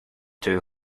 two